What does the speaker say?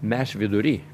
mes vidury